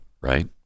right